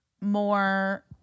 more